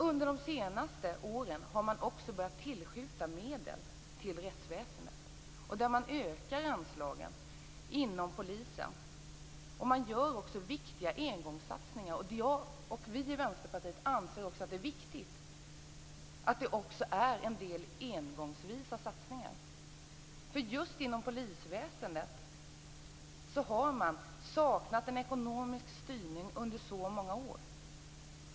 Under de senaste åren har man också börjat tillskjuta medel till rättsväsendet och öka anslagen till polisen. Man gör också viktiga engångssatsningar. Vi i Vänsterpartiet anser att det också är viktigt att det görs en del engångsvisa satsningar. Just inom polisväsendet har man saknat en ekonomisk styrning under så många år.